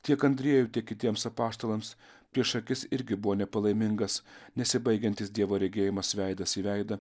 tiek andriejų tiek kitiems apaštalams prieš akis irgi buvo nepalaimingas nesibaigiantis dievo regėjimas veidas į veidą